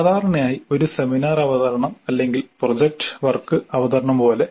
സാധാരണയായി ഒരു സെമിനാർ അവതരണം അല്ലെങ്കിൽ പ്രോജക്റ്റ് വർക്ക് അവതരണം പോലെ